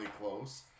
close